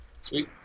Sweet